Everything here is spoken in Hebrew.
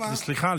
סליחה,